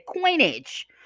coinage